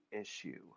issue